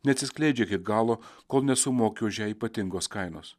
neatsiskleidžia iki galo kol nesumoki už ją ypatingos kainos